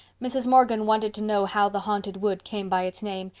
mrs. morgan wanted to know how the haunted wood came by its name,